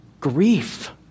grief